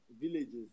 villages